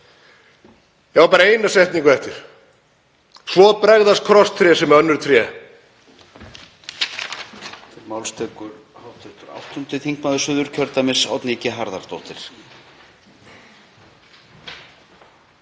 á bara eina setningu eftir: Svo bregðast krosstré sem önnur tré.